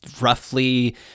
roughly